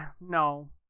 no